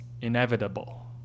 inevitable